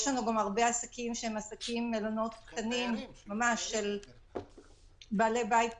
יש לנו גם הרבה עסקים שהם מלונות קטנים של בעלי בית פרטיים,